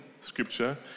scripture